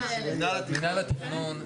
מינהל התכנון.